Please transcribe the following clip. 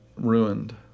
ruined